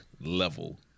level